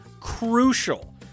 crucial